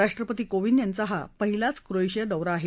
राष्ट्रपति कोविंद यांचा हा पहिलाच क्रोएशिया दौरा आहे